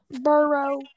Burrow